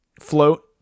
float